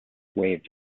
waved